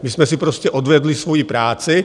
My jsme si prostě odvedli svoji práci.